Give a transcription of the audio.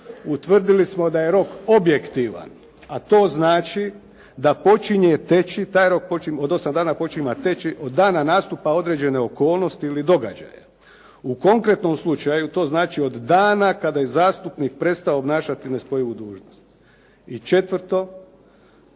Utvrdili smo da je rok objektivan a to znači da počinje teći, taj rok od 8 dana počinje teći od dana nastupa određene okolnosti ili događaja u konkretnom slučaju, to znači od dana kada je zastupnik prestao obnašati nespojivu dužnost. I četvrto